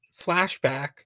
flashback